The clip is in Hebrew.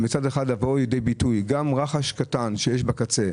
מצד אחר להביא לידי ביטוי גם רחש קטן שיש בקצה,